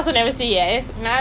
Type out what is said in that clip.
that's why everytime you dying lah